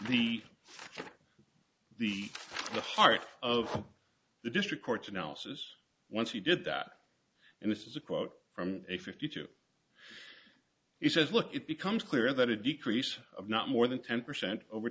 and the the part of the district court analysis once he did that and this is a quote from a fifty two he says look it becomes clear that a decrease of not more than ten percent over